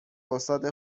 استاد